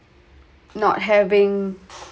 not having